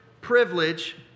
privilege